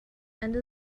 end